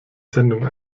sendung